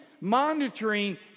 monitoring